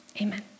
amen